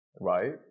right